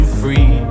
free